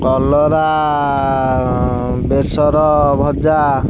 କଲରା ବେସର ଭଜା